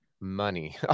money